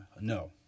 no